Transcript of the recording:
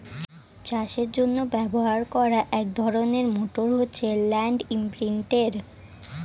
চাষের জন্য ব্যবহার করা এক ধরনের মোটর হচ্ছে ল্যান্ড ইমপ্রিন্টের